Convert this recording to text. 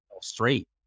straight